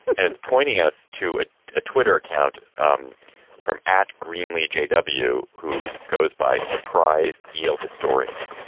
and it's pointing us to a twitter account um from at greenly j w, who goes by surprised eel historian.